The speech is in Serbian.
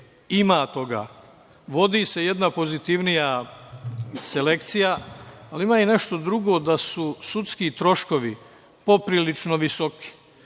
Ima toga. Vodi se jedna pozitivnija selekcija, ali ima i nešto drugo, da su sudski troškovi poprilično visoki,